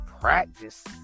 practice